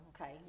Okay